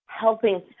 Helping